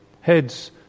heads